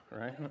right